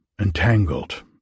entangled